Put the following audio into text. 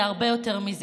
זה הרבה יותר מזה.